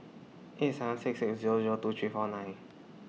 eight seven six six Zero Zero two three four nine